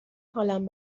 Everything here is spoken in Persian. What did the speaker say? حالم